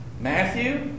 Matthew